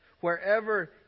wherever